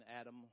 Adam